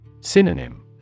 Synonym